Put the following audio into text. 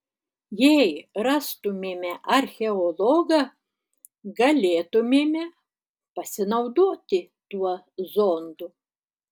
jei rastumėme archeologą galėtumėme pasinaudoti tuo zondu